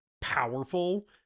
powerful